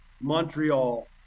Montreal